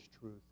truth